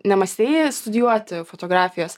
nemąstei studijuoti fotografijos